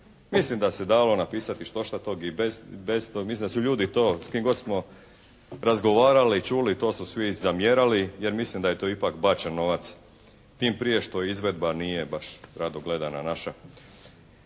Mislim da se dalo napisati štošta tog i bez tog. Mislim da su ljudi to s kim god smo razgovarali i čuli to su svi zamjerali, jer mislim da je to ipak bačen novac tim prije što izvedba nije baš rado gledana naša.